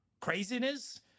craziness